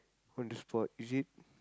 on the spot is it